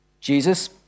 Jesus